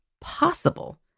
possible